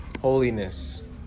holiness